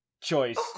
choice